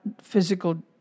physical